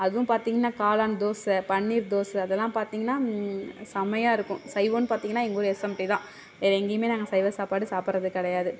அதுவும் பார்த்திங்ன்னா காளான் தோசை பனீர் தோசை அதெல்லாம் பார்த்திங்ன்னா செமையாக இருக்கும் சைவம்ன்னு பார்த்திங்ன்னா எங்கள் ஊர் எஸ்எம்டி தான் வேறு எங்கேயுமே நாங்கள் சைவ சாப்பாடு சாப்பிறது கிடையாது